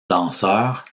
danseur